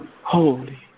Holy